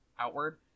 outward